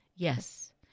Yes